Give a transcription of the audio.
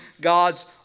God's